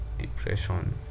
depression